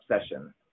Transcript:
session